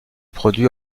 produit